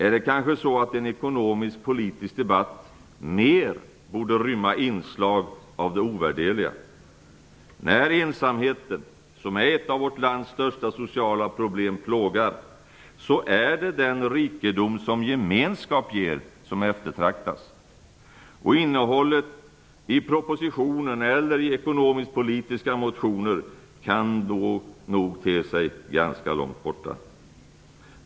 Är det kanske så att en ekonomiskpolitisk debatt mer borde rymma inslag av det ovärderliga? När ensamheten, som är ett av vårt lands största sociala problem, plågar, så är det den rikedom som gemenskap ger som eftertraktas. Innehållet i propositioner eller ekonomisk-politiska motioner kan då te sig långt borta.